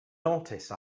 notice